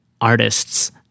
artists